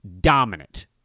dominant